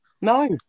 No